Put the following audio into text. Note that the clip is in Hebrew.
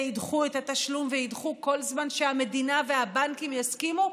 וידחו את התשלום וידחו כל זמן שהמדינה והבנקים יסכימו,